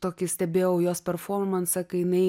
tokį stebėjau jos performansą kai jinai